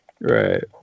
Right